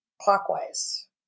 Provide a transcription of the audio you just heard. clockwise